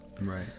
Right